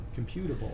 computable